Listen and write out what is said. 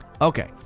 Okay